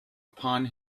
upon